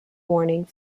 warning